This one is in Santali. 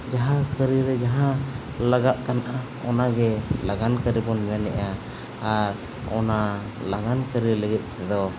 ᱡᱟᱦᱟᱸ ᱠᱟᱹᱨᱤ ᱨᱮ ᱡᱟᱦᱟᱸ ᱞᱟᱜᱟ ᱠᱟᱱᱟ ᱚᱱᱟᱜᱮ ᱞᱟᱜᱟᱱ ᱠᱟᱹᱨᱤ ᱵᱚᱱ ᱢᱮᱱᱮᱜᱼᱟ ᱟᱨ ᱚᱱᱟ ᱞᱟᱜᱟᱱ ᱠᱟᱹᱨᱤ ᱞᱟᱹᱜᱤᱫ ᱛᱮᱫᱚ